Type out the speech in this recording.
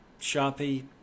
Sharpie